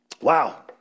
Wow